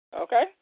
Okay